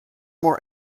more